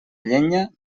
llenya